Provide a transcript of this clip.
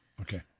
Okay